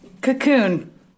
Cocoon